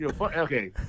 okay